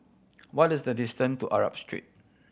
what is the distance to Arab Street